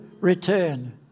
return